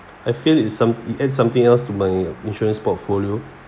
I feel it's some~ it add something else to my insurance portfolio